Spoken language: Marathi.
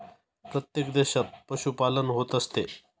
प्रत्येक देशात पशुपालन होत असते